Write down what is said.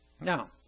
Now